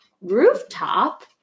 rooftop